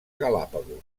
galápagos